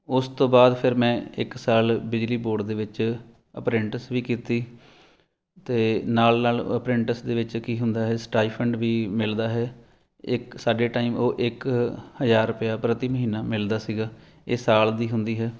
ਉਸ ਤੋਂ ਬਾਅਦ ਫਿਰ ਮੈਂ ਇੱਕ ਸਾਲ ਬਿਜਲੀ ਬੋਰਡ ਦੇ ਵਿੱਚ ਆਪਾਂਰੈਂਟਸ ਵੀ ਕੀਤੀ ਅਤੇ ਨਾਲ ਨਾਲ ਆਪਾਂਰੈਂਟਸ ਦੇ ਵਿੱਚ ਕੀ ਹੁੰਦਾ ਹੈ ਸਟਾਈਫੰਡ ਵੀ ਮਿਲਦਾ ਹੈ ਇੱਕ ਸਾਡੇ ਟਾਈਮ ਉਹ ਇੱਕ ਹਜ਼ਾਰ ਰੁਪਇਆ ਪ੍ਰਤੀ ਮਹੀਨਾ ਮਿਲਦਾ ਸੀਗਾ ਇਹ ਸਾਲ ਦੀ ਹੁੰਦੀ ਹੈ